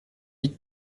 vingt